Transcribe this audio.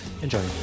Enjoy